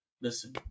Listen